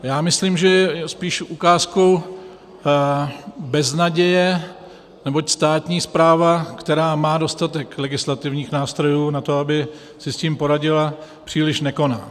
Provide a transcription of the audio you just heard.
Já myslím, že je spíše ukázkou beznaděje, neboť státní správa, která má dostatek legislativních nástrojů na to, aby si s tím poradila, příliš nekoná.